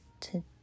to-